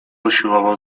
usiłował